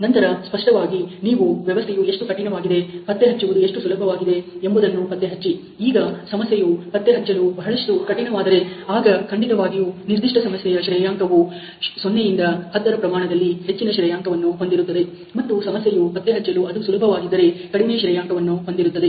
ನಂತರ ಸ್ಪಷ್ಟವಾಗಿ ನೀವು ವ್ಯವಸ್ಥೆಯು ಎಷ್ಟು ಕಠಿಣವಾಗಿದೆ ಪತ್ತೆ ಹಚ್ಚುವುದು ಎಷ್ಟು ಸುಲಭವಾಗಿದೆ ಎಂಬುದನ್ನು ಪತ್ತೆಹಚ್ಚಿ ಈಗ ಸಮಸ್ಯೆಯು ಪತ್ತೆಹಚ್ಚಲು ಬಹಳಷ್ಟು ಕಠಿಣವಾದರೆ ಆಗ ಖಂಡಿತವಾಗಿಯೂ ನಿರ್ದಿಷ್ಟ ಸಮಸ್ಯೆಯ ಶ್ರೇಯಾಂಕ ಅವು 0 ದಿಂದ 10 ರ ಪ್ರಮಾಣದಲ್ಲಿ ಹೆಚ್ಚಿನ ಶ್ರೇಯಾಂಕ ಹೊಂದಿರುತ್ತದೆ ಮತ್ತು ಸಮಸ್ಯೆಯು ಪತ್ತೆಹಚ್ಚಲು ಅದು ಸುಲಭವಾಗಿದ್ದರೆ ಕಡಿಮೆ ಶ್ರೇಯಾಂಕ ಹೊಂದಿರುತ್ತದೆ